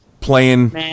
Playing